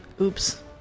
Oops